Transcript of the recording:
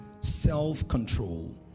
self-control